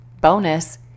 bonus